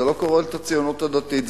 זה לא כולל את הציונות הדתית,